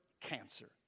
cancer